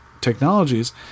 technologies